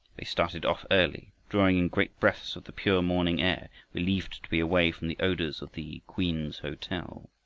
they started off early, drawing in great breaths of the pure morning air, relieved to be away from the odors of the queen's hotel.